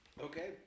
Okay